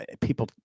People